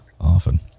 often